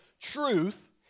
truth